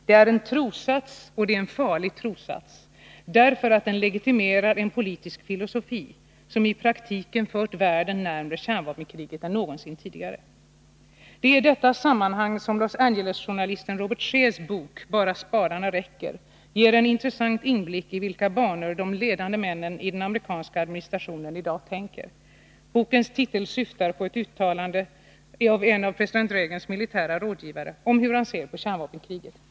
Det är en trossats, och det är en farlig trossats, därför att den legitimerar en politisk filosofi som i praktiken fört världen närmare kärnvapenkriget än någonsin tidigare. Det är i detta sammanhang som Los Angeles-journalisten Robert Scheers bok ”Bara spadarna räcker” ger en intressant inblick i, i vilka banor de ledande männen i den amerikanska administrationen i dag tänker. Bokens titel syftar på ett uttalande av en av president Reagans militära rådgivare om hur han ser på kärnvapenkriget.